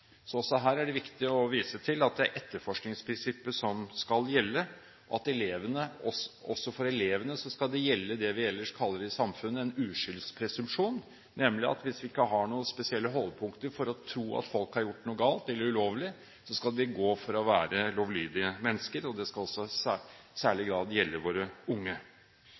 Her er det viktig å vise til at det er etterforskningsprinsippet som skal gjelde. Også for elevene skal det gjelde det vi ellers i samfunnet kaller en uskyldspresumpsjon: Hvis vi ikke har noen spesielle holdepunkter for å tro at folk har gjort noe galt eller noe ulovlig, skal de gå for å være lovlydige mennesker. Dette skal i særlig grad gjelde våre unge.